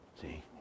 See